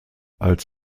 als